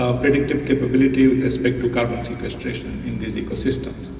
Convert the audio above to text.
ah predictive capability with respect to carbon sequestration in these ecosystems.